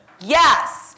Yes